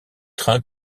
trains